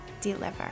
deliver